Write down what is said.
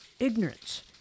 Ignorance